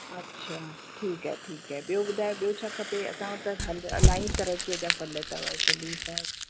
अच्छा ठीकु आहे ठीकु आहे ॿियो ॿुधायो ॿियो छा खपे असां वटि त फ़ल इलाही तरीक़े जा फ़ल अथव शलीफ़ा